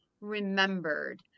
remembered